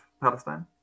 Palestine